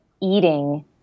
eating